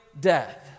death